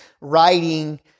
writing